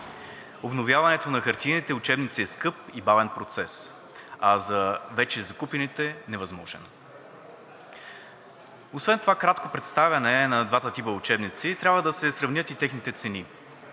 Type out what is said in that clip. Обновяването на хартиените учебници е скъп и бавен процес, а за вече закупените – невъзможен. Освен това кратко представяне на двата типа учебници трябва да се сравнят и техните цени.